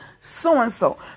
so-and-so